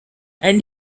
and